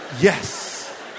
Yes